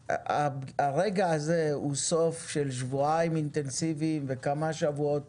הרגע הזה הוא סוף של שבועיים אינטנסיביים וכמה שבועות